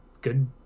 good